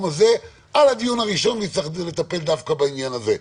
הזה ועל הדיון הראשון הוא יצטרך לטפל דווקא בעניין הזה.